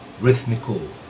rhythmical